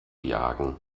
jagen